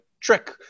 trick